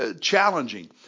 challenging